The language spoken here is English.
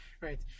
Right